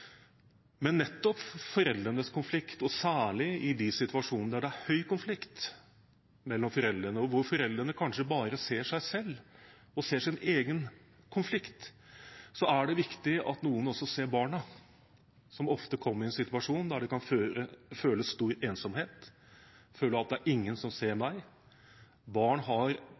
nettopp foreldrenes konflikt – og særlig i de situasjonene der det er sterk konflikt mellom foreldrene, og der foreldrene kanskje bare ser seg selv og sin egen konflikt – er det viktig at noen også ser barna, som ofte kommer i en situasjon der de kan føle stor ensomhet og at